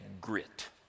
grit